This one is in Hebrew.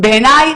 בעיניי